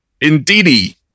indeedy